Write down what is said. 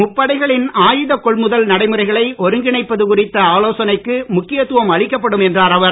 முப்படைகளின் ஆயுதக் கொள்முதல் நடைமுறைகளை ஒருங்கிணைப்பது குறித்த ஆலோசனைக்கு முக்கியத் துவம் அளிக்கப்படும் என்றார் அவர்